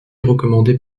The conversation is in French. recommandé